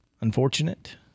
unfortunate